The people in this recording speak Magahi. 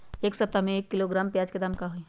एक सप्ताह में एक किलोग्राम प्याज के दाम का होई?